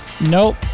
nope